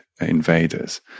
invaders